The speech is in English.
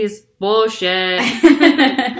bullshit